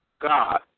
God